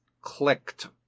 clicked